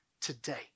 today